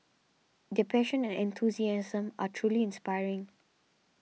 their passion and enthusiasm are truly inspiring